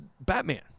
Batman